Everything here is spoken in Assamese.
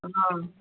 অঁ